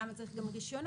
למה צריך גם רישיונות.